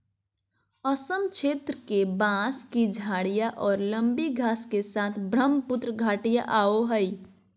असम क्षेत्र के, बांस की झाडियाँ और लंबी घास के साथ ब्रहमपुत्र घाटियाँ आवो हइ